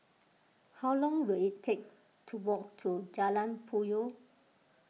how long will it take to walk to Jalan Puyoh